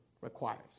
requires